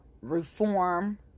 reform